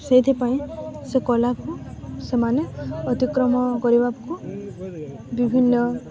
ସେଇଥିପାଇଁ ସେ କଲାକୁ ସେମାନେ ଅତିକ୍ରମ କରିବାକୁ ବିଭିନ୍ନ